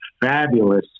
fabulous